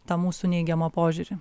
tą mūsų neigiamą požiūrį